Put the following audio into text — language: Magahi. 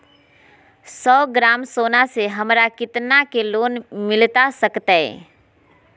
सौ ग्राम सोना से हमरा कितना के लोन मिलता सकतैय?